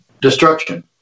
destruction